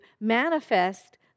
manifest